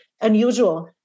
unusual